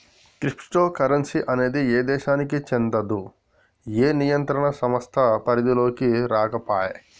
crypto currency అనేది ఏ దేశానికీ చెందదు, ఏ నియంత్రణ సంస్థ పరిధిలోకీ రాకపాయే